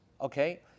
Okay